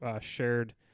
shared